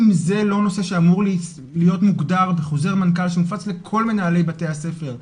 אם זה לא נושא שאמור להיות מוגדר בחוזר מנכ"ל שמופץ לכל מנהלי בתי הספר,